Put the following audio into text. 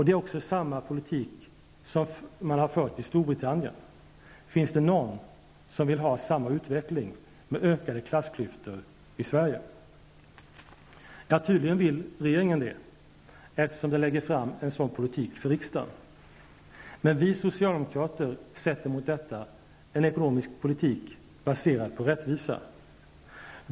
Det är också samma politik som man har fört i Storbritannien. Finns det någon som vill ha samma utveckling, med ökade klassklyftor, i Sverige? Ja, tydligen vill regeringen det, eftersom den lägger fram en sådan politik för riksdagen. Men vi socialdemokrater sätter mot detta en ekonomisk politik baserad på rättvisa.